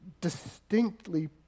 distinctly